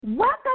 Welcome